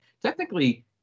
technically